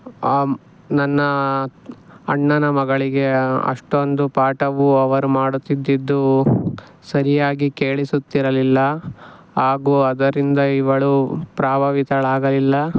ನನ್ನ ಅಣ್ಣನ ಮಗಳಿಗೆ ಅಷ್ಟೊಂದು ಪಾಠವೂ ಅವರು ಮಾಡುತ್ತಿದ್ದದ್ದು ಸರಿಯಾಗಿ ಕೇಳಿಸುತ್ತಿರಲಿಲ್ಲ ಹಾಗೂ ಅದರಿಂದ ಇವಳು ಪ್ರಭಾವಿತಳಾಗಲಿಲ್ಲ